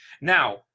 Now